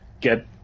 get